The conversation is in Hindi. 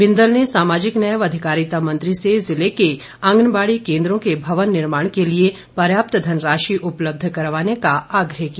बिंदल ने सामाजिक न्याय व अधिकारिता मंत्री से जिले के आंगनबाड़ी केंद्रों के भवन निर्माण के लिए पर्याप्त धनराशि उपलब्ध करवाने का आग्रह किया